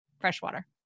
freshwater